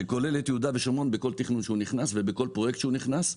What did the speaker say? שכולל את יהודה ושומרון בכל תכנון שהוא נכנס ובכל פרויקט שהוא נכנס.